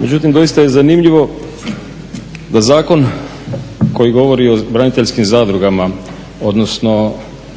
Međutim doista je zanimljivo da zakon koji govori o braniteljskim zadrugama odnosno